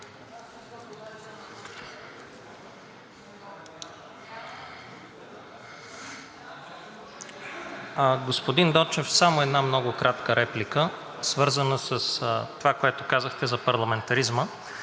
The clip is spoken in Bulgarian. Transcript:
Господин Дончев, само една много кратка реплика, свързана с това, което казахте за парламентаризма.